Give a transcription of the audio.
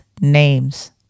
names